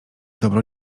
dobro